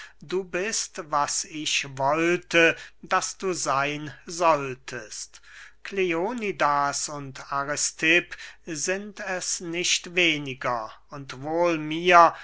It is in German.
du bist was ich wollte daß du seyn solltest kleonidas und aristipp sind es nicht weniger und wohl mir